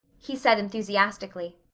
he said enthusiastically.